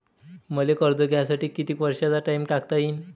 मले कर्ज घ्यासाठी कितीक वर्षाचा टाइम टाकता येईन?